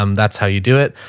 um that's how you do it.